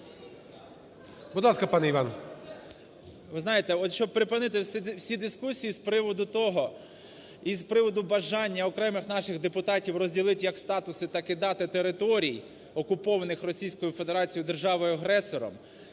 Ви знаєте, от, щоби припинити всі дискусії з приводу того і з приводу бажання окремих наших депутатів розділити як статуси, так і дати територій окупованих Російською